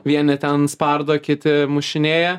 vieni ten spardo kiti mušinėja